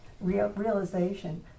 realization